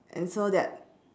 and so that